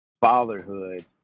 fatherhood